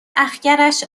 اَخگرش